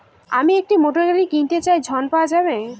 আমি একটি মোটরগাড়ি কিনতে চাই ঝণ পাওয়া যাবে?